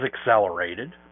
accelerated